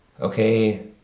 Okay